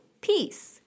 Peace